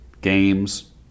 games